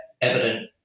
evident